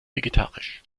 vegetarisch